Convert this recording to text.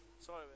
Sorry